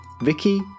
Vicky